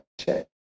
check